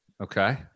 Okay